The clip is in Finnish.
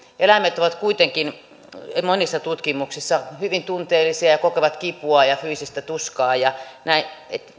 eläimet ovat kuitenkin monissa tutkimuksissa hyvin tunteellisia ja kokevat kipua ja fyysistä tuskaa ja näin